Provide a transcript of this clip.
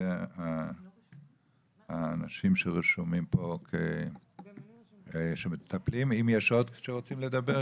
אלה האנשים שרשום פה --- אם יש עוד מי שרוצים לדבר,